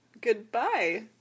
Goodbye